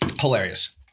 Hilarious